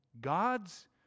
God's